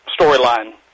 storyline